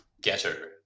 getter